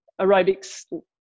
aerobics